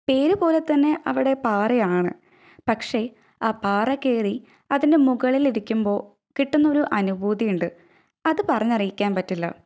പേരു പോലെത്തന്നെ അവിടെ പാറയാണ് പക്ഷെ ആ പാറ കയറി അതിന്റെ മുകളിലിരിക്കുമ്പോൾ കിട്ടുന്നൊരു അനുഭൂതിയുണ്ട് അതു പറഞ്ഞറിയിക്കാന് പറ്റില്ല